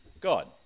God